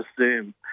Zoom